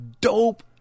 dope